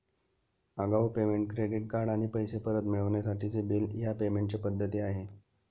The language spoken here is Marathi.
आगाऊ पेमेंट, क्रेडिट कार्ड आणि पैसे परत मिळवण्यासाठीचे बिल ह्या पेमेंट च्या पद्धती आहे